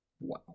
Wow